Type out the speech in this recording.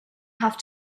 have